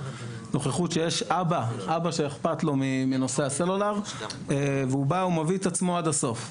נוכחות שיש אבא שאכפת לו מנושא הסלולר והוא מביא את עצמו עד הסוף.